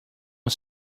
are